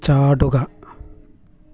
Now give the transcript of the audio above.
ചാടുക